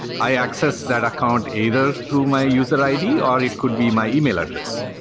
i access that account either through my user id, or it could be my e-mail address.